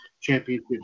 Championship